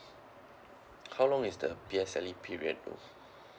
how long is the P_S_L_E period move